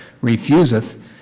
refuseth